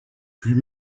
puis